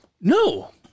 No